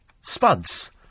spuds